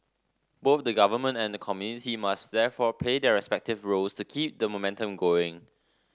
both the government and the community must therefore play their respective roles to keep the momentum going